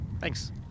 Thanks